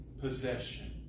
possession